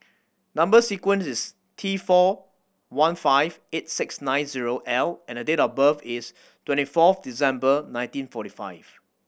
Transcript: number sequence is T four one five eight six nine zero L and the date of birth is twenty fourth December nineteen forty five